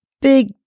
big